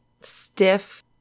stiff